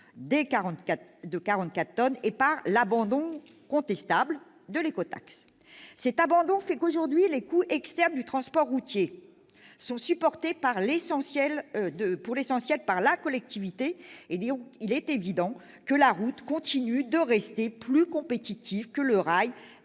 de 44 tonnes et par l'abandon contestable de l'écotaxe. Cet abandon fait qu'aujourd'hui les coûts externes du transport routier sont supportés, pour l'essentiel, par la collectivité. Il est donc évident que la route continue de rester plus compétitive que le rail